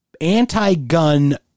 anti-gun